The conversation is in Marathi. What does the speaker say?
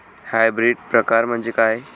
हायब्रिड प्रकार म्हणजे काय?